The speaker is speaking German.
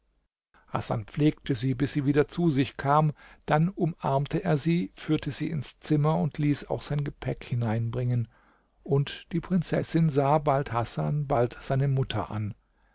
hasan pflegte sie bis sie wieder zu sich kam dann umarmte er sie führte sie ins zimmer und ließ auch sein gepäck hineinbringen und die prinzessin sah bald hasan bald seine mutter an